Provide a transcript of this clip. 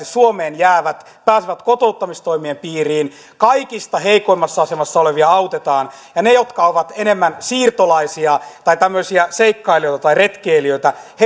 suomeen jäävät pääsevät mahdollisimman nopeasti kotouttamistoimien piiriin kaikista heikoimmassa asemassa olevia autetaan ja heidät jotka ovat enemmän siirtolaisia tai tämmöisiä seikkailijoita tai retkeilijöitä